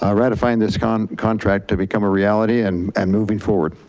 ah ratifying this kind of contract to become a reality and and moving forward.